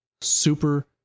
super